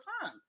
time